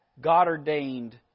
God-ordained